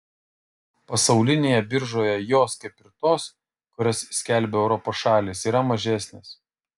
pasaulinėje biržoje jos kaip ir tos kurias skelbia europos šalys yra mažesnės